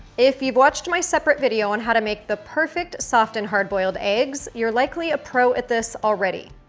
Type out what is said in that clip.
if you've watched my separate video on how to make the perfect soft and hard-boiled eggs, you're likely a pro at this already.